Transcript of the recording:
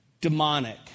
demonic